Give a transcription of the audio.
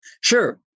Sure